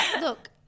look